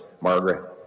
Margaret